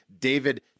David